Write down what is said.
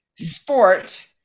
sport